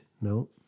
No